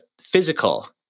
physical